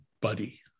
buddy